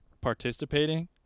participating